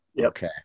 Okay